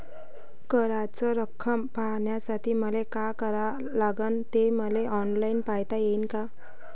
कराच रक्कम पाहासाठी मले का करावं लागन, ते मले ऑनलाईन पायता येईन का?